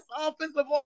offensive